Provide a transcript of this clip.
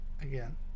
Again